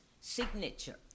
signature